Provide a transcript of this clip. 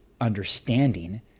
understanding